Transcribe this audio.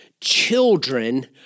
Children